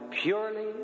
purely